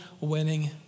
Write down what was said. winning